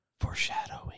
foreshadowing